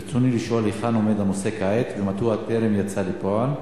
ברצוני לשאול: היכן עומד הנושא כעת ומדוע טרם יצא לפועל?